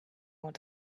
want